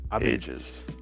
ages